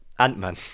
Ant-Man